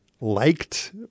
liked